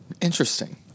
Interesting